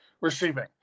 receiving